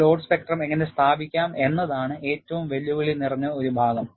ഒരു load spectrum എങ്ങനെ സ്ഥാപിക്കാം എന്നതാണ് ഏറ്റവും വെല്ലുവിളി നിറഞ്ഞ ഒരു ഭാഗം